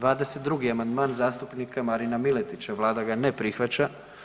22. amandman zastupnika Marina Miletića vlada ga ne prihvaća.